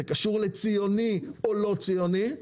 זה קשור לציוני או לא ציוני,